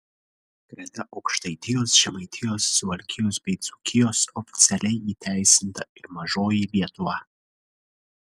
greta aukštaitijos žemaitijos suvalkijos bei dzūkijos oficialiai įteisinta ir mažoji lietuva